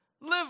Live